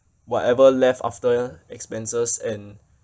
whatever left after expenses and